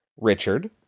Richard